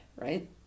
right